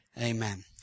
Amen